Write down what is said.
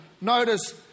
notice